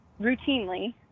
routinely